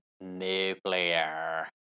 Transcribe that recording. nuclear